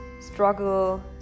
struggle